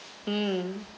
mm